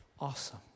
Awesome